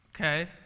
Okay